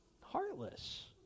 heartless